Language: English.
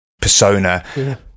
persona